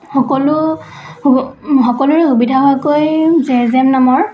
সকলো সকলোৰে সুবিধা হোৱাকৈ জে জে এম নামৰ